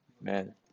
Man